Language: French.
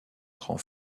grand